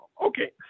Okay